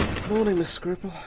miss scruple.